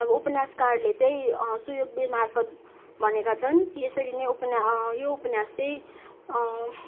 अब उपन्यासकारले चाहिँ सुयोगवीरमार्फत भनेका छन् यसरी नै यो उपना यो उपन्यास चाहिँ